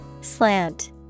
Slant